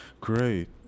great